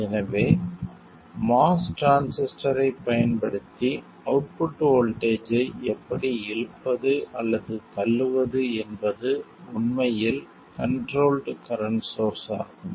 எனவே MOS டிரான்சிஸ்டரைப் பயன்படுத்தி அவுட்புட் வோல்ட்டேஜ் ஐ எப்படி இழுப்பது அல்லது தள்ளுவது என்பது உண்மையில் கண்ட்ரோல்ட் கரண்ட் சோர்ஸ் ஆகும்